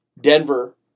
Denver